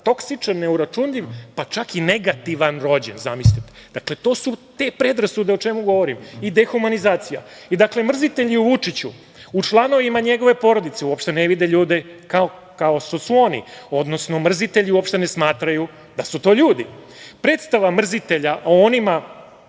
toksičan, neuračunljiv, pa čak i negativan rođen, zamislite. Dakle, to su te predrasude o čemu govorim i dehumanizacija. Dakle, mrzitelji Vučića u članovima njegove porodice uopšte ne vide ljude kao što su oni, odnosno mrzitelju uopšte ne smatraju da su to ljudi. Predstava mrzitelja o onima